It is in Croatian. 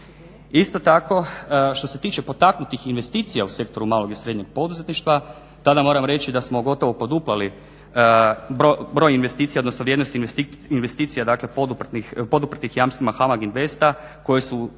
Isto tako što se tiče potaknutih investicija u sektoru malog i srednjeg poduzetništva tada moram reći da smo gotovo poduplali broj investicija, odnosno vrijednost investicija dakle poduprtih jamstvima HAMAG Investa koje su